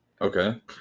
Okay